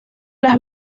las